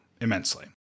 immensely